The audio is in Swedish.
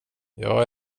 jag